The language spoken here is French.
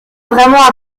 vraiment